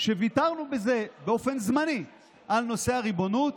על כך שוויתרנו בזה על נושא הריבונות